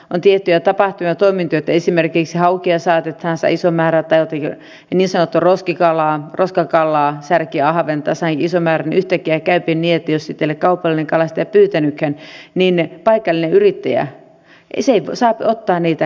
on tiettyjä tapahtumia ja toimintoja että kun esimerkiksi haukea saatetaan saada iso määrä tai jotakin niin sanottua roskakalaa särkeä ahventa niin yhtäkkiä käypi niin että jos sitä ei ole kaupallinen kalastaja pyytänytkään niin paikallinen yrittäjä ei saa ottaa sitä käyttöönsä